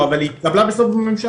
את תתייחסי בסוף הדיון.